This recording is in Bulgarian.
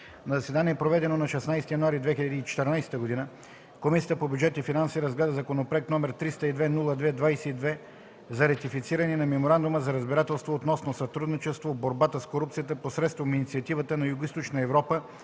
заседание, проведено на 16 януари 2014 г., Комисията по бюджет и финанси разгледа Законопроект № 302-02-22 за ратифициране на Меморандума за разбирателство относно сътрудничество в борбата с корупцията посредством Инициативата на Югоизточна Европа